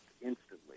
instantly